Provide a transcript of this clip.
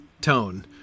tone